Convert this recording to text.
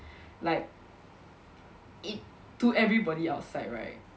like it to everybody outside right